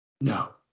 No